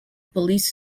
police